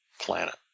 planet